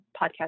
podcast